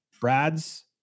brad's